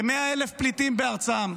כ-100,000 פליטים בארצם,